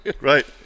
Right